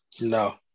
No